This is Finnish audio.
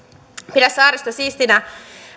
pidä saaristo siistinä